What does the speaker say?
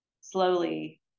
slowly